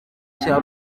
cya